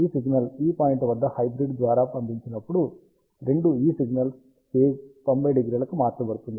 ఈ సిగ్నల్ ఈ పాయింట్ వద్ద హైబ్రిడ్ ద్వారా పంపినప్పుడు రెండు ఈ సిగ్నల్స్ ఫేజ్ 90° కి మార్చబడుతుంది